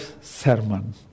sermon